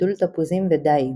גידול תפוזים ודיג.